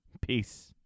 Peace